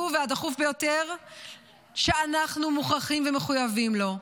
והדחוף ביותר שאנחנו מוכרחים ומחויבים לו,